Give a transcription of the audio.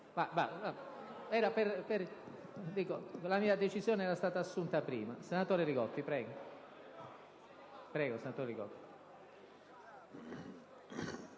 La mia decisione era stata assunta prima.